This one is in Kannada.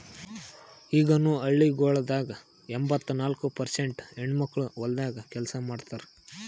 ಈಗನು ಹಳ್ಳಿಗೊಳ್ದಾಗ್ ಎಂಬತ್ತ ನಾಲ್ಕು ಪರ್ಸೇಂಟ್ ಹೆಣ್ಣುಮಕ್ಕಳು ಹೊಲ್ದಾಗ್ ಕೆಲಸ ಮಾಡ್ತಾರ್